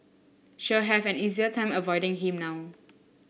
she'll have an easier time avoiding him now